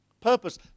purpose